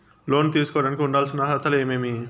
లోను తీసుకోడానికి ఉండాల్సిన అర్హతలు ఏమేమి?